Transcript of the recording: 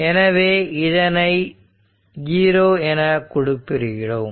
எனவே இதனை 0 என குறிப்பிடுகிறோம்